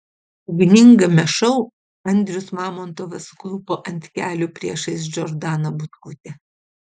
ugningame šou andrius mamontovas suklupo ant kelių priešais džordaną butkutę